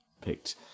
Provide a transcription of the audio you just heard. picked